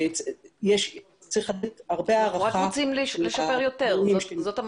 המטרה היא לשפר יותר.